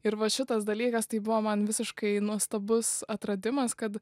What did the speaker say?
ir va šitas dalykas tai buvo man visiškai nuostabus atradimas kad